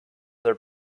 their